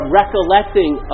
recollecting